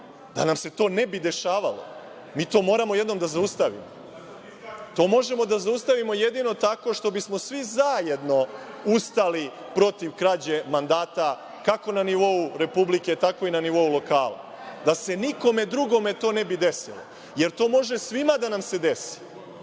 da nam se to ne bi dešavalo, mi to moramo jednom da zaustavimo. To možemo da zaustavimo jedino tako što bismo svi zajedno ustali protiv krađe mandata, kako na nivou Republike, tako i na nivou lokala. Da se nikome drugome to ne bi desilo. Jer, to može svima da nam se desi. Vi